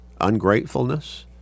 ungratefulness